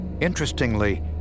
Interestingly